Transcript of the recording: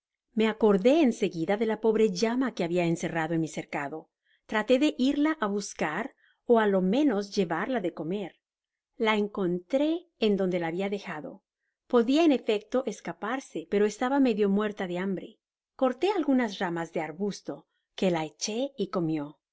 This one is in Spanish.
me acordé en seguida de la pobre llama que habia encerrado en mi cercado trató de irla á buscar ó á lo menos llevarla de comer la encontró en donde la habia dejado podia en efecto escaparse pero estaba medio muerta de hambre corté algunas ramas de arbusto que la eché y comio